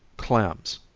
clams.